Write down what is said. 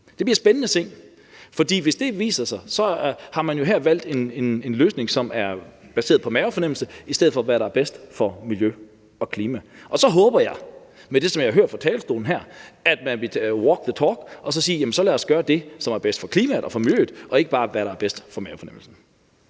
Det bliver spændende at se, for hvis det viser sig, så har man jo her valgt en løsning, som er baseret på mavefornemmelse, i stedet for på hvad der er bedst for miljø og klima. Og så håber jeg – med det, som jeg har hørt fra talerstolen her – at man vil walk the talk og sige: Jamen så lad os gøre det, som er bedst for klimaet og miljøet, og ikke bare, hvad der er bedst for mavefornemmelsen.